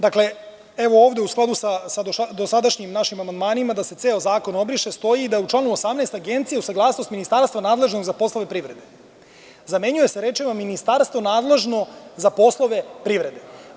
Dakle, evo ovde u skladu sa dosadašnjim našim amandmanima da se ceo zakon obriše stoji da u članu 18. agencija uz saglasnost ministarstva nadležnog za poslove privrede, zamenjuje se rečima – ministarstvo nadležno za poslove privrede.